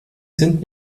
sind